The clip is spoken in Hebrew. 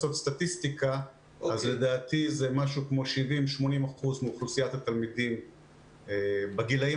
זה משהו כמו 80-70 אחוז מאוכלוסיית התלמידים בגילים